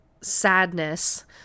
sadness